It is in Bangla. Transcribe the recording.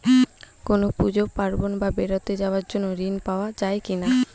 কোনো পুজো পার্বণ বা বেড়াতে যাওয়ার জন্য ঋণ পাওয়া যায় কিনা?